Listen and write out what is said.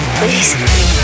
please